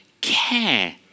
care